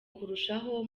kurushaho